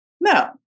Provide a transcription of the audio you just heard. No